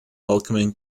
welcoming